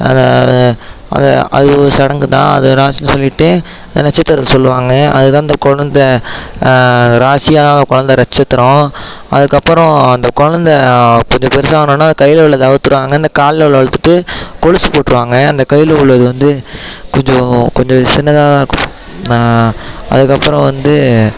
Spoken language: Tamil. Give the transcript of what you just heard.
அது அது ஒரு சடங்குதான் அது ஒரு ராசி சொல்லிவிட்டு நட்சத்திரம் சொல்வாங்க அதுதான் அந்த கொழந்தை ராசியும் கொழந்தை நட்சத்திரம் அதுக்கு அப்பறம் அந்த கொழந்தை கொஞ்சம் பெருசானோடன கையில் உள்ளதை அவுத்துடுவாங்க காலில் உள்ளதை அவுத்துட்டு கொலுசு போட்டுருவாங்க அந்த கையில் உள்ளது வந்து கொஞ்சம் கொஞ்சம் சின்னதாக தான் அதுக்கு அப்றம் வந்து